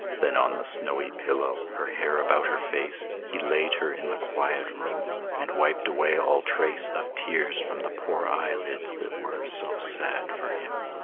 then on the snowy pillow, her hair about her face, he laid her in the quiet room, and wiped away all trace of tears from the poor eyelids that were so sad for him,